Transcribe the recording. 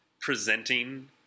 presenting